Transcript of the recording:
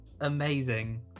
amazing